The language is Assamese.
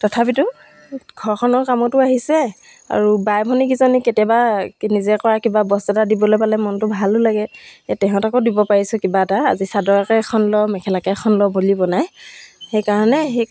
তথাপিতো ঘৰখনৰ কামতো আহিছে আৰু বাই ভনীকেইজনীক কেতিয়াবা নিজে কৰা কিবা বস্তু এটা দিবলৈ পালে মনটো ভালো লাগে তাহাঁতকো দিব পাৰিছোঁ কিবা এটা আজি চাদৰকে এখন ল মেখেলাকে এখন ল বুলিব নাই সেইকাৰণে সেই